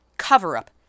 cover-up